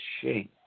shame